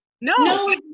no